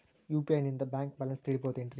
UPI ನಿಂದ bank balance ತಿಳಿಬಹುದೇನ್ರಿ?